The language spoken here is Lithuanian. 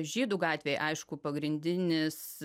žydų gatvėj aišku pagrindinis